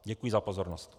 Děkuji za pozornost.